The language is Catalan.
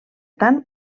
tant